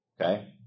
Okay